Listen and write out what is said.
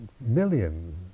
millions